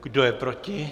Kdo je proti?